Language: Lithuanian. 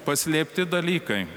paslėpti dalykai